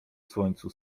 słońcu